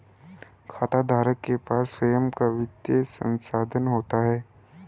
खाताधारक के पास स्वंय का वित्तीय संसाधन होता है